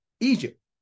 Egypt